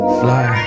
fly